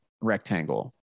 rectangle